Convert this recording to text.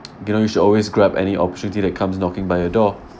you know you should always grab any opportunity that comes knocking by your door